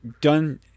done